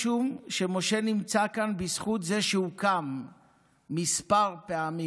משום שמשה נמצא כאן בזכות זה שהוא קם כמה פעמים,